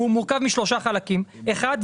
הוא מורכב משלושה חלקים: אחד,